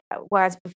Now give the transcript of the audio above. whereas